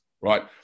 right